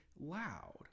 loud